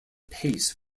pace